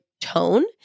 tone